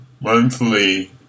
monthly